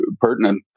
pertinent